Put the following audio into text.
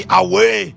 away